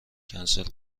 کنسل